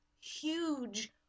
huge